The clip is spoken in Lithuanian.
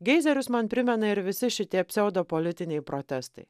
geizerius man primena ir visi šitie pseudopolitiniai protestai